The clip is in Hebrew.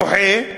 מוחה,